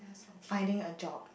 finding a job